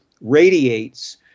radiates